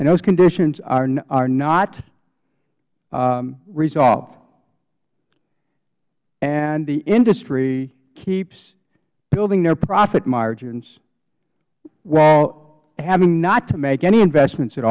and those conditions are not resolved and the industry keeps building their profit margins while having not to make any investments at